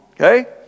Okay